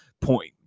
point